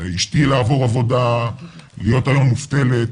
אשתי לעבור עבודה, להיות מובטלת,